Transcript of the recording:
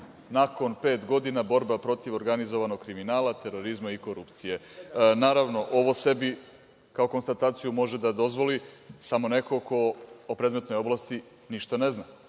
nakon pet godina borbe protiv organizovanog kriminala, terorizma i korupcije. Naravno, ovo sebi kao konstataciju može da dozvoli samo neko ko o predmetnoj oblasti ništa ne zna